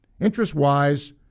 Interest-wise